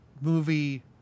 movie